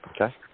Okay